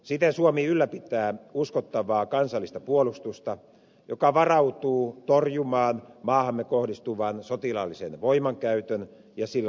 siten suomi ylläpitää uskottavaa kansallista puolustusta joka varautuu torjumaan maahamme kohdistuvan sotilaallisen voimankäytön ja sillä uhkaamisen